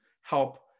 help